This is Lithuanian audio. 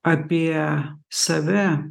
apie save